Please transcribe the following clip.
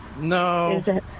No